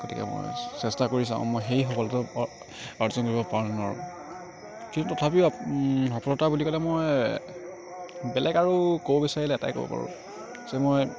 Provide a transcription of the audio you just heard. গতিকে মই চেষ্টা কৰি চাওঁ মই সেই সফলতা অ অৰ্জন কৰিব পাৰোঁ নে নোৱাৰোঁ কিন্তু তথাপিও সফলতা বুলি ক'লে মই বেলেগ আৰু ক'ব বিচাৰিলে এটাই ক'ব পাৰোঁ যে মই